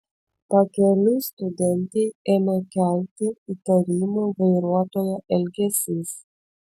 pakeliui studentei ėmė kelti įtarimų vairuotojo elgesys